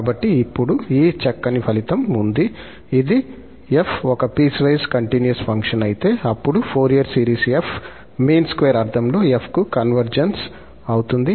కాబట్టి ఇప్పుడు ఈ చక్కని ఫలితం ఉంది ఇది 𝑓 ఒక పీస్ వైస్ కంటిన్యూస్ ఫంక్షన్ అయితే అప్పుడు ఫోరియర్ సిరీస్ 𝑓 మీన్ స్క్వేర్ అర్థంలో 𝑓 కు కన్వర్జెన్స్ అవుతుంది